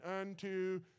unto